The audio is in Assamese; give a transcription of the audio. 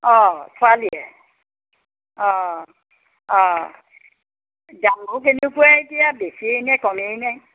অঁ ছোৱালীয়ে অঁ অঁ দামবোৰ কেনেকুৱা এতিয়া বেছিয়ে নে কমেইনে